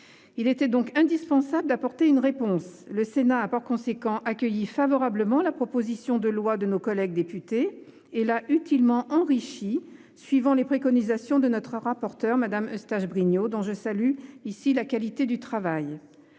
Il était donc indispensable d'apporter une réponse. Par conséquent, le Sénat a accueilli favorablement la proposition de loi de nos collègues députés et l'a utilement enrichie suivant les préconisations de notre rapporteure, Mme Eustache-Brinio, dont je salue la qualité du travail.